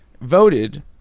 voted